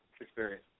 experience